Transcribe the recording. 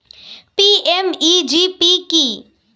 PMEGP কি?